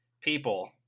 people